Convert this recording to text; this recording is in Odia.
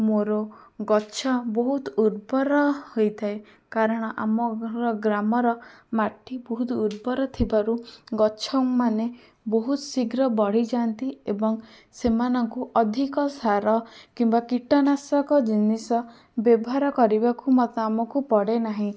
ମୋର ଗଛ ବହୁତ ଉର୍ବର ହୋଇଥାଏ କାରଣ ଆମ ଘର ଗ୍ରାମର ମାଟି ବହୁତ ଉର୍ବର ଥିବାରୁ ଗଛମାନେ ବହୁତ ଶୀଘ୍ର ବଢ଼ି ଯାଆନ୍ତି ଏବଂ ସେଆମାନଙ୍କୁ ଅଧିକ ସାର କିମ୍ବା କୀଟନାଶକ ଜିନିଷ ବ୍ୟବହାର କରିବାକୁ ମୋତେ ଆମକୁ ପଡ଼େନାହିଁ